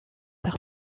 par